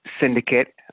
syndicate